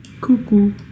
Cuckoo